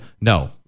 no